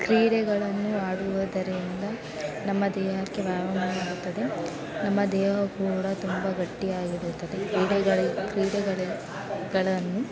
ಕ್ರೀಡೆಗಳನ್ನು ಆಡುವುದರಿಂದ ನಮ್ಮ ದೇಹಕ್ಕೆ ವ್ಯಾಯಾಮವಾಗುತ್ತದೆ ನಮ್ಮ ದೇಹ ಕೂಡ ತುಂಬ ಗಟ್ಟಿಯಾಗಿರುತ್ತದೆ ಕ್ರೀಡೆಗಳು ಕ್ರೀಡೆಗಳೆ ಗಳನ್ನು